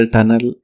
Tunnel